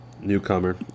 Newcomer